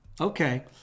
Okay